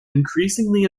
increasingly